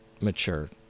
mature